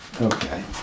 Okay